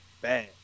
bad